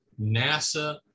NASA